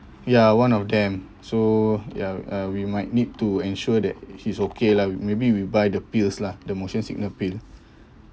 ya one of them so ya uh we might need to ensure that he's okay lah maybe we buy the pills lah the motion sickness pill